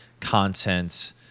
content